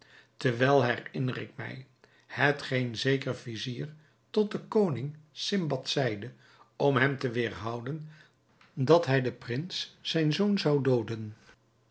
herinner ik mij hetgeen zeker vizier tot den koning sindbad zeide om hem te weêrhouden dat hij den prins zijn zoon zou dooden